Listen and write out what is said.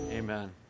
Amen